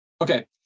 Okay